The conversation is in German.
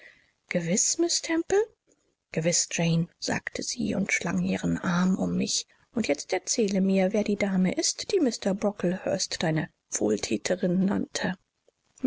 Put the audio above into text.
gewiß miß temple gewiß jane sagte sie und schlang ihren arm um mich und jetzt erzähle mir wer die dame ist die mr brocklehurst deine wohlthäterin nannte